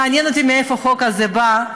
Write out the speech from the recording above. מעניין אותי מאיפה החוק הזה בא,